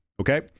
Okay